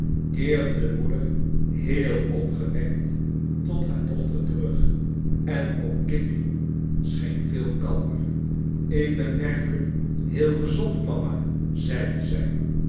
keerde de moeder heel opgewekt tot haar dochter terug en ook kitty scheen veel kalmer ik ben werkelijk heel gezond mama zeide zij